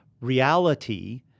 Reality